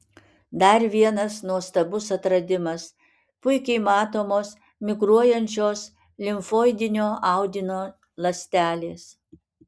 dar vienas nuostabus atradimas puikiai matomos migruojančios limfoidinio audinio ląstelės